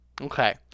Okay